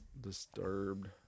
Disturbed